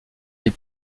les